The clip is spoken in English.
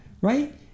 right